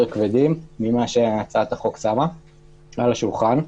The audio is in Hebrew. כבדים מכפי שהצעת החוק שמה על השולחן.